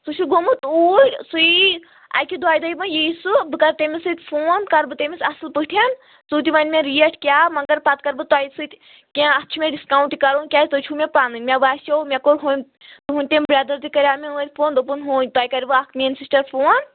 سُہ چھُ گوٚمُت اوٗرۍ سُے یہِ اَکہِ دۄیہِ دۄہہِ وۄنۍ یہِ سُہ بہٕ کَرٕ تٔمِس سۭتۍ فون کَرٕ بہٕ تٔمِس اَصٕل پٲٹھۍ سُہ تہِ وَنہِ مےٚ ریٹ کیٛاہ مگر پَتہٕ کَرٕ بہٕ تۄہہِ سۭتۍ کینٛہہ اَتھ چھُ مےٚ ڈِسکاوُنٛٹ تہِ کَرُن کیٛازِ تُہۍ چھُو مےٚ پَنٕنۍ مےٚ باسیٚو مےٚ کوٚر ہُم تُہٕنٛدۍ تٔمۍ برٛدر تہِ کَریو مےٚ ٲلۍ فون دوٚپُن ہُںٛد تۄہہِ کَرِ اکھ میٲنۍ سِسٹر فون